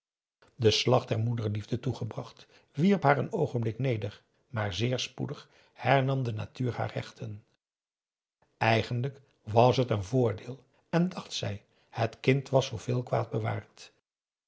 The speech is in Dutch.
de slag der moederliefde toegebracht wierp haar een oogenblik neder maar zeer spoedig hernam de natuur haar rechten eigenlijk was het een voordeel en dacht zij het kind was voor veel kwaad bewaard